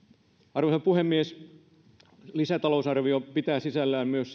arvoisa puhemies lisätalousarvio pitää sisällään myös